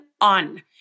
on